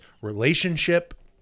relationship